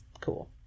cool